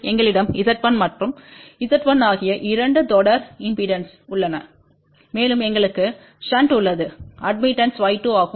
எங்களிடம் Z1மற்றும் Z1ஆகிய இரண்டு தொடர் இம்பெடன்ஸ்கள் உள்ளன மேலும் எங்களுக்கு1ஷன்ட் உள்ளது அட்மிட்டன்ஸ் Y2 ஆகும்